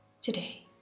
today